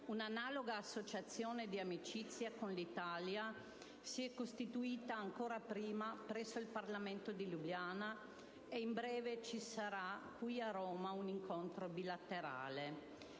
Un'analoga associazione di amicizia con l'Italia si è costituita ancora prima presso il Parlamento di Lubiana e in breve ci sarà qui a Roma un incontro bilaterale.